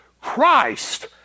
Christ